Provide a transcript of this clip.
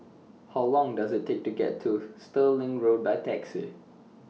How Long Does IT Take to get to Stirling Road By Taxi